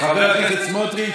חבר הכנסת סמוטריץ',